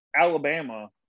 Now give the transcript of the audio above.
Alabama